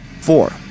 Four